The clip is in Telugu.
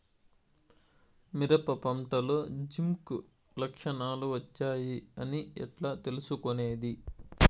మిరప పంటలో జింక్ లక్షణాలు వచ్చాయి అని ఎట్లా తెలుసుకొనేది?